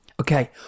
Okay